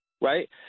Right